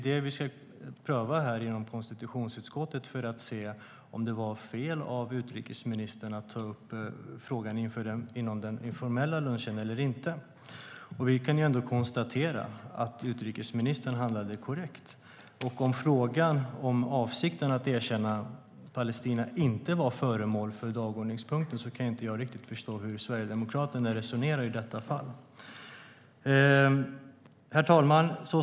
Det vi ska pröva i konstitutionsutskottet är om det var fel av utrikesministern att ta upp frågan vid den informella lunchen eller inte, och vi kan konstatera att utrikesministern handlade korrekt. Om avsikten att erkänna Palestina inte var föremål för dagordningspunkten kan jag inte riktigt förstå hur Sverigedemokraterna resonerar i detta fall. Herr talman!